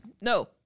No